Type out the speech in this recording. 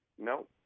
No